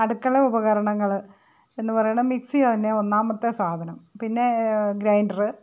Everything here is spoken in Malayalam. അടുക്കള ഉപകരണങ്ങൾ എന്ന് പറയുന്ന മിക്സി തന്നെ ഒന്നമത്തെ സാധനം പിന്നെ ഗ്രൈൻഡർ